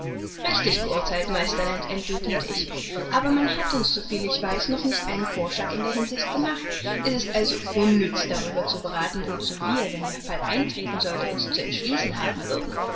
richtig geurtheilt meister land entgegnete ich aber man hat uns so viel ich weiß noch nicht einen vorschlag in der hinsicht gemacht es ist also unnütz darüber zu berathen wozu wir wenn der fall eintreten sollte uns zu entschließen haben würden